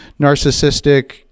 narcissistic